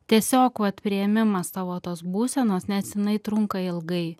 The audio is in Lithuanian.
tiesiog vat priėmimas tavo tos būsenos nes jinai trunka ilgai